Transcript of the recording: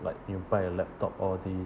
like you buy a laptop all these